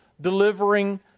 delivering